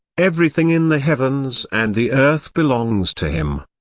everything in the heavens and the earth belongs to him.